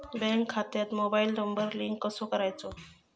Bank खात्यात mobile number link कसो करायचो?